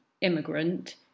immigrant